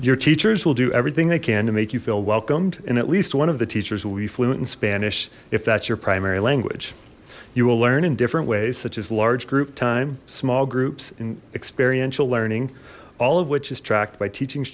your teachers will do everything they can to make you feel welcomed and at least one of the teachers will be fluent in spanish if that's your primary language you will learn in different ways such as large group time small groups and experiential learning all of which is tracked by teaching